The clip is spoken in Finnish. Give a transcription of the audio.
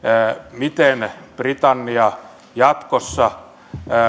miten britannia jatkossa